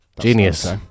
Genius